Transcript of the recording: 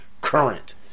current